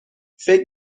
فکر